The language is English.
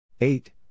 Eight